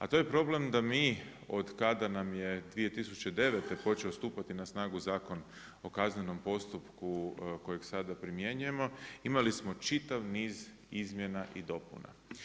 A to je problem da mi otkada nam je 2009. počeo stupati na snagu Zakon o kaznenom postupku kojeg sada primjenjujemo, imali smo čitav niz izmjena i dopuna.